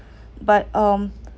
but um